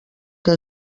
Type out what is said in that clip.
que